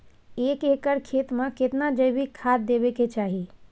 एक एकर खेत मे केतना जैविक खाद देबै के चाही?